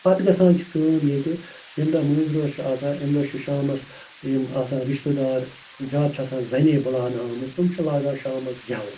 پتہٕ گژھان چھِ کٲم ییٚتہِ ییٚمہِ دۄہ مٲنٛزۍ رٲژ چھِ آسان اَمہِ دۄہ چھِ شامَس یِم آسان رِشتہٕ دار زیادٕ چھِ آسان زَنے بُلاونہٕ آمٕژ تِم چھِ لاگان شامَس گٮ۪وُن